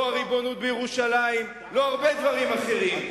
לא הריבונות בירושלים ולא הרבה דברים אחרים.